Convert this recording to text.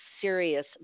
serious